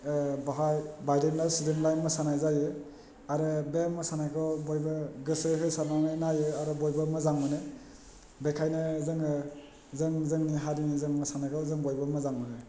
बाहाइ बायदेमलाइ सिदेमलाय मोसानाय जायो आरो बे मोसानायखौ बयबो गोसो होसारनानै नायो आरो बयबो मोजां मोनो बेखायनो जोङो जों जोंनि हारिनि जों मोसानायखौ जों बयबो मोजां मोनो